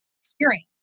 experience